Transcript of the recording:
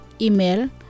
Email